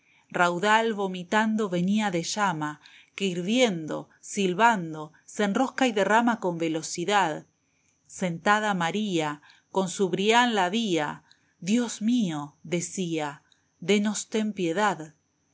raudal vomitando venia de llama que hirviendo silbando se enrosca y derrama con velocidad sentada maría con su brian la vía dios mío decía de nos ten piedad la